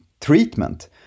treatment